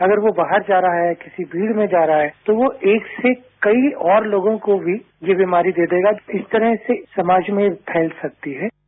अगर वो बाहर जा रहा है किसी भीड़ में जारहा है तो वो एक से कई और लोगों को भी ये बीमारी दे देगा इस तरह से समाज में फैल सकतीहै